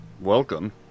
Welcome